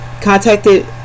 contacted